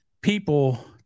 people